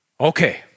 Okay